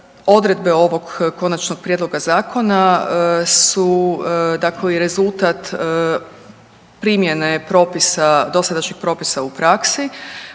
odredbe ovog Konačnog prijedloga zakona su dakle i rezultat primjene propisa, dosadašnjih propisa u praksi